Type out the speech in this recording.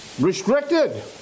restricted